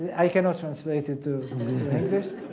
i cannot translate it to english.